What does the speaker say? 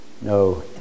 No